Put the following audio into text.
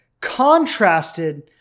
contrasted